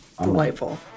Delightful